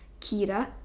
Kira